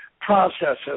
processes